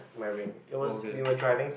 my ring it was we were driving